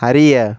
அறிய